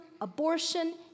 abortion